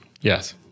yes